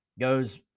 goes